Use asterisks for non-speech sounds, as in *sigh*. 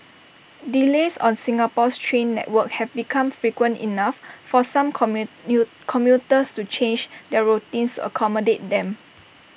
delays on Singapore's train network have become frequent enough for some *unintelligible* commuters to change their routines to accommodate them